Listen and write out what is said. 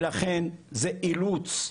ולכן זה אילוץ.